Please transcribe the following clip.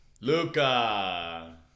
Luca